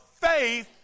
faith